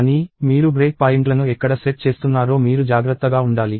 కానీ మీరు బ్రేక్ పాయింట్లను ఎక్కడ సెట్ చేస్తున్నారో మీరు జాగ్రత్తగా ఉండాలి